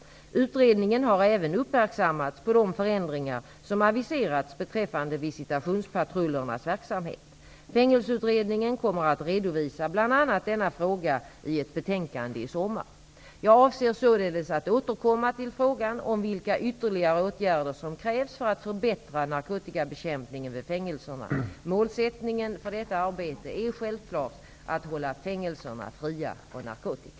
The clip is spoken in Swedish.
Utredningen har även uppmärksammats på de förändringar som aviserats beträffande visitationspatrullernas verksamhet. Fängelseutredningen kommer att redovisa bl.a. denna fråga i ett betänkande i sommar. Jag avser således att återkomma till frågan om vilka ytterligare åtgärder som krävs för att förbättra narkotikabekämpningen vid fängelserna. Målsättningen för detta arbete är självklart att hålla fängelserna fria från narkotika.